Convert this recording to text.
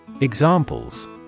Examples